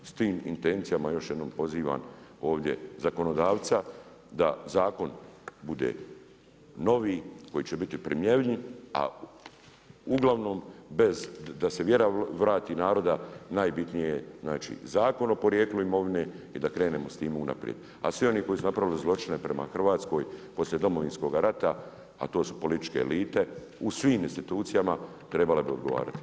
S tim intencijama još jednom pozivam ovdje zakonodavca da zakon bude novi, koji će biti primjenjiv, a uglavnom bez da se vjera vrati naroda, najbitnija je Zakon o porijeklu imovine i da krenemo s tim unaprijed, a svi oni koji su napravili zločine prema Hrvatskoj poslije Domovinskog rata, a to su političke elite, u svim institucijama trebale bi odgovarati.